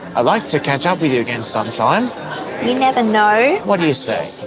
i like to catch up with you again sometime. you never know. what do you say?